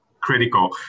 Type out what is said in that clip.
critical